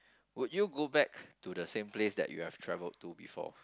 would you go back to the same place that you have travelled to before